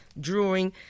drawing